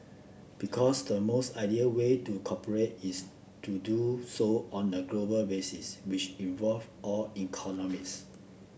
because the most ideal way to cooperate is to do so on a global basis which involve all economies